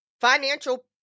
financial